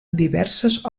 diverses